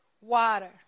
water